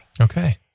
Okay